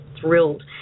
thrilled